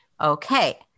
Okay